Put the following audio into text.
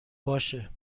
باشه